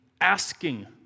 asking